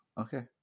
okay